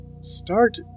start